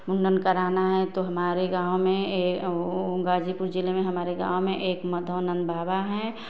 मुण्डन कराना है तो हमारे गाँव में वह गाज़ीपुर जिले में हमारे गाँव में एक माधवानन्द बाबा हैं